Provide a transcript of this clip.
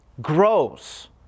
grows